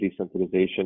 desensitization